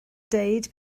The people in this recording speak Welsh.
dweud